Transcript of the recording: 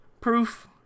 proof